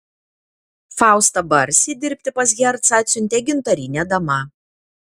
faustą barsį dirbti pas hercą atsiuntė gintarinė dama